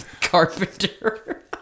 Carpenter